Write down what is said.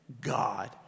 God